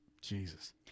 Jesus